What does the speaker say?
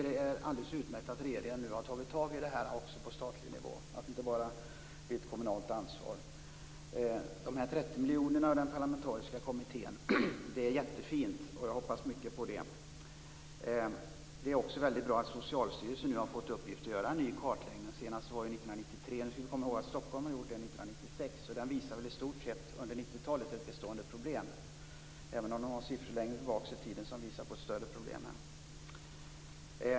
Det är alldeles utmärkt att regeringen nu har gripit sig an detta också på statlig nivå och att det inte bara blir ett kommunalt ansvar. De 30 miljonerna och den parlamentariska kommittén är jättefint, och jag hoppas mycket på det. Det är också väldigt bra att Socialstyrelsen nu har fått i uppgift att göra en ny kartläggning. Den senaste var 1993. Nu skall vi komma ihåg att Stockholm har gjort en år 1996. Den visar i stort sett ett bestående problem under 90-talet, även om man har siffror längre tillbaka i tiden som visar på ett större problem.